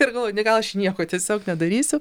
ir galvoju ne gal aš nieko tiesiog nedarysiu